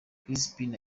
crispin